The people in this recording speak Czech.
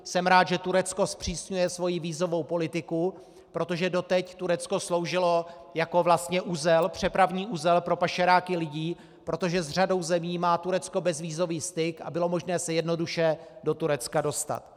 Jsem rád, že Turecko zpřísňuje svoji vízovou politiku, protože doteď Turecko sloužilo jako vlastně uzel, přepravní uzel pro pašeráky lidí, protože s řadou zemí má Turecko bezvízový styk a bylo možné se jednoduše do Turecka dostat.